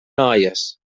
noies